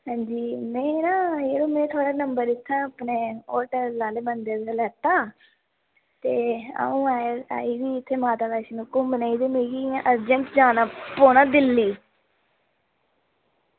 अंजी में ना यरो में थुआढ़ा नंबर अपने होटल आह्ले बंदे कोला लैता ते अंऊ आई दी ही इत्थें माता वैष्णो घुम्मनै ई ते मिगी इंया अरजैंट जाना पौना दिल्ली